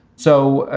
so, ah